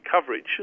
coverage